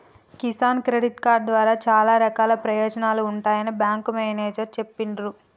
Kisan credit card ద్వారా చానా రకాల ప్రయోజనాలు ఉంటాయని బేంకు మేనేజరు చెప్పిన్రు